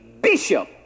bishop